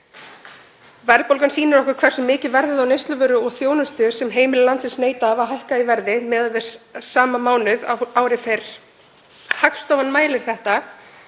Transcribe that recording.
Verðbólgan sýnir okkur hversu mikið verð á neysluvöru og þjónustu sem heimili landsins neyta hafa hækkað í verði miðað við sama mánuð ári fyrr. Hagstofan mælir þetta